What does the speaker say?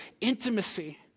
intimacy